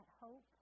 hope